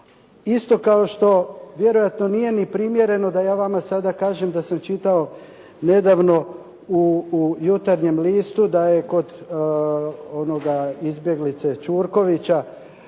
Isto kao što vjerojatno nije ni primjereno da ja vama sada kažem da sam čitao nedavno u Jutarnjem listu da je kod onoga izbjeglice Čurkovića